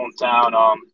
hometown